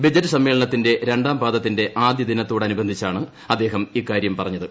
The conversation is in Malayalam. ബജറ്റ് സമ്മേളനത്തിന്റെ രണ്ടാം പാദത്തിന്റെ ആദ്യ ദിനത്തോട നുബന്ധിച്ചാണ് അദ്ദേഹം ഇക്കാര്യം പറഞ്ഞത്